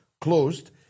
closed